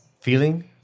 feeling